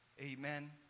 Amen